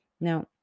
Now